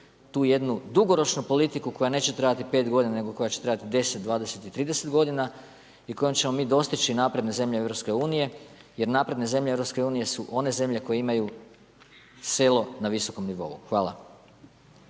tu jednu dugoročnu politiku koja neće trajati 5 godina, nego koja će trajati 10, 20, 30 godina i kojom ćemo mi dostići napredne zemlje EU jer napredne zemlje EU su one zemlje koje imaju selo na visokom nivou. Hvala.